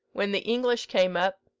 when the english came up,